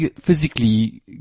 physically